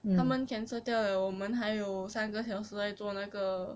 他们 cancel 掉了我们还有三个小时来做那个